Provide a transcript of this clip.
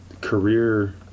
career